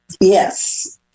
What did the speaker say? Yes